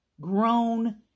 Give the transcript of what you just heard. grown